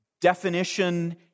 definition